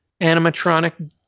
animatronic